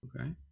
Okay